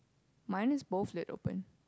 mine is both lid open